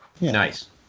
nice